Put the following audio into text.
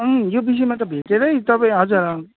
अँ यो विषयमा त भेटेरै तपाईँ हजुर